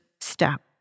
step